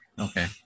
Okay